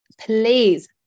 please